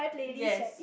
yes